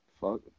fuck